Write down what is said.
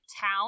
town